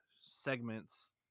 segments